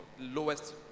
lowest